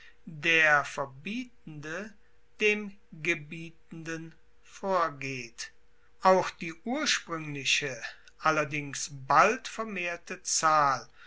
der verbietende dem gebietenden vorgeht auch die urspruengliche allerdings bald vermehrte zahl